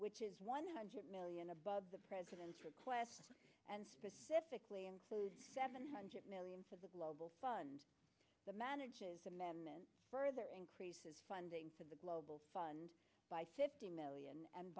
which is one hundred million above the president's request and specifically and seven hundred million the global fund the manages amendment further increases funding for the global fund by fifty million and